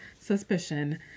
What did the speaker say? Suspicion